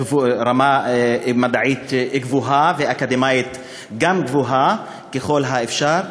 ברמה מדעית גבוהה וגם ברמה אקדמית גבוהה ככל האפשר.